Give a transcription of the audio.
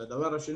ושנית,